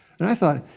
and i thought,